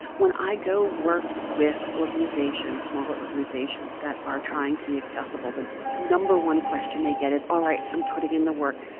when i go work with organizations, smaller organizations that are trying to be accessible, the number one question they get is, all right, i'm putting in the work.